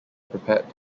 prepared